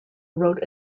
wrote